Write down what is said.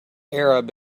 arab